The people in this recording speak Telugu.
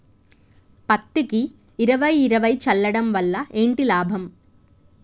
పత్తికి ఇరవై ఇరవై చల్లడం వల్ల ఏంటి లాభం?